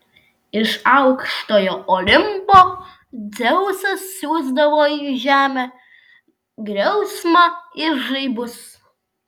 iš aukštojo olimpo dzeusas siųsdavo į žemę griausmą ir žaibus